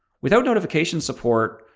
without notification support,